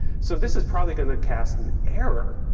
so this is probably going to cast an error,